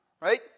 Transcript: right